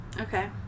Okay